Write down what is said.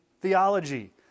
theology